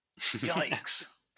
Yikes